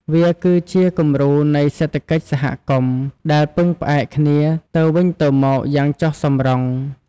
វាគឺជាគំរូនៃសេដ្ឋកិច្ចសហគមន៍ដែលពឹងផ្អែកគ្នាទៅវិញទៅមកយ៉ាងចុះសម្រុង។